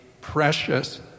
precious